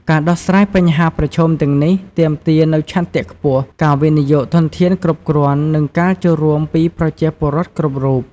ការដោះស្រាយបញ្ហាប្រឈមទាំងនេះទាមទារនូវឆន្ទៈខ្ពស់ ការវិនិយោគធនធានគ្រប់គ្រាន់ និងការចូលរួមពីប្រជាពលរដ្ឋគ្រប់រូប។